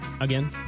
again